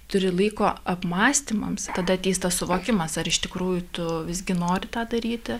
turi laiko apmąstymams tada ateis tas suvokimas ar iš tikrųjų tu visgi nori tą daryti